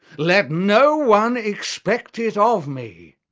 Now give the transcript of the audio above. let no one expect it of me.